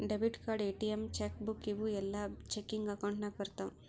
debit card, ATM, cheque book ಇವೂ ಎಲ್ಲಾ checking account ನಾಗ್ ಬರ್ತಾವ್